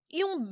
yung